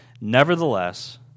Nevertheless